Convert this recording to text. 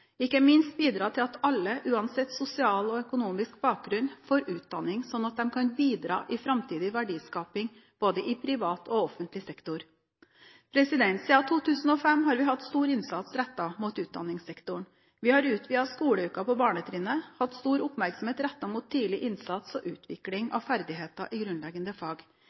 ikke minst bidra til at alle, uansett sosial og økonomisk bakgrunn, får utdanning, slik at de kan bidra i framtidig verdiskaping i både privat og offentlig sektor. Siden 2005 har vi hatt stor innsats rettet mot utdanningssektoren. Vi har utvidet skoleuken på barnetrinnet, og hatt stor oppmerksomhet rettet mot tidlig innsats og utvikling av ferdigheter i grunnleggende fag.